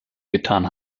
getan